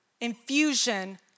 infusion